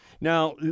Now